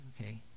okay